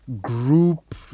Group